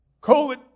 COVID